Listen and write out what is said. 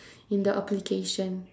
in the application